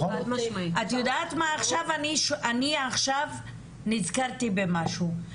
אני עכשיו נזכרתי במשהו.